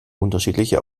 unterschiedliche